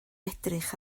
edrych